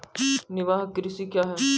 निवाहक कृषि क्या हैं?